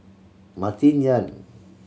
Martin Yan